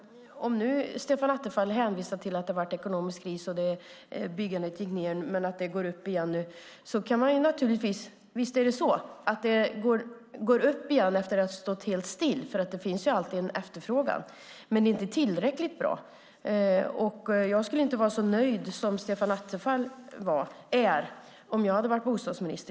Stefan Attefall hänvisar till att det har varit ekonomisk kris och att byggandet gått ned men att det går upp igen nu. Visst är det så att det går upp igen efter att ha stått helt still, för det finns alltid en efterfrågan. Men det är inte tillräckligt bra. Jag skulle inte vara så nöjd som Stefan Attefall är om jag hade varit bostadsminister.